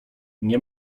nie